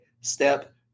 step